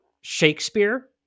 Shakespeare